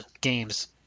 games